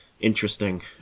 interesting